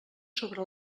sobre